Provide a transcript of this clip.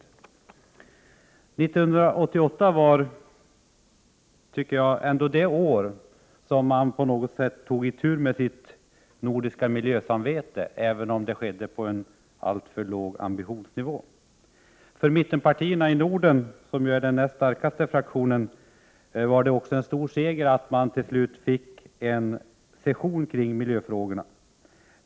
År 1988 var ändå det år då man på något sätt tog itu med sitt nordiska ”miljösamvete”, även om det skedde på en alltför låg ambitionsnivå. För mittenpartierna i Norden, vilka ju är den näst starkaste fraktionen, var det också en stor seger att vi till slut fick en session kring miljöfrågorna.